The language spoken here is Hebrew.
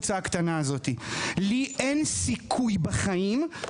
מתכוון לדחוף את זה בכל הכוח ולהשלים את תהליכי החקיקה,